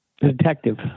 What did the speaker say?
Detective